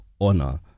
honor